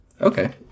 Okay